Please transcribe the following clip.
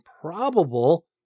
probable